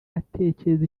atekereza